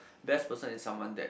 best person is someone that